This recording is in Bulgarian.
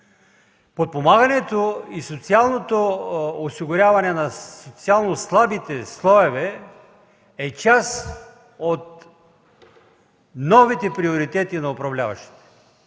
Подпомагането и социалното осигуряване на социално слабите слоеве е част от новите приоритети на управляващите.